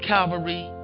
Calvary